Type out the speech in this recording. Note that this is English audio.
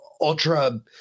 ultra